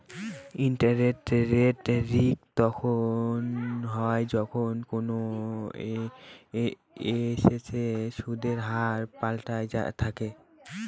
interest rate risk তখন হয় যখন কোনো এসেটের সুদের হার পাল্টাতে থাকে